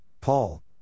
Paul